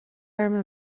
orm